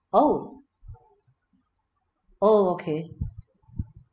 oh oh okay